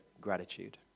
gratitude